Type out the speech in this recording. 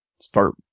start